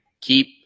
keep